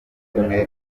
zimwe